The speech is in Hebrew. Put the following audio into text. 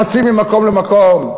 רצים ממקום למקום,